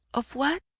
of what?